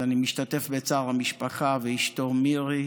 אז אני משתתף בצער המשפחה ואשתו מירי.